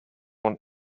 want